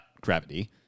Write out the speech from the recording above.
gravity